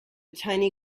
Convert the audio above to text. tiny